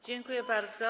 Dziękuję bardzo.